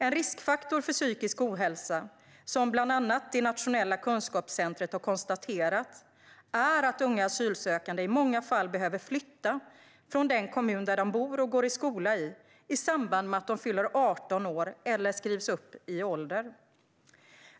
En riskfaktor för psykisk ohälsa, som bland annat det nationella kunskapscentrumet har konstaterat, är att unga asylsökande i många fall behöver flytta från den kommun där de bor och går i skola i samband med att de fyller 18 år eller skrivs upp i ålder.